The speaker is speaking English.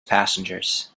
passengers